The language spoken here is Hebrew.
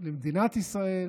למדינת ישראל,